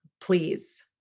please